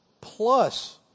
plus